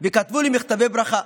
וכתבו לי מכתבי ברכה.